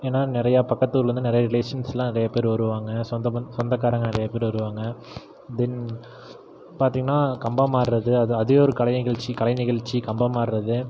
ஏன்னா நிறையா பக்கத்து ஊர்லந்து நிறையா ரிலேஷன்ஸ்லாம் நிறைய பேர் வருவாங்க சொந்த பந் சொத்தக்காரங்க நிறையா பேர் வருவாங்க தென் பார்த்திங்கன்னா கம்பம் ஆடுறது அது அதே ஒரு கலை நிகழ்ச்சி கலை நிகழ்ச்சி கம்பம் ஆடுறது